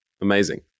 Amazing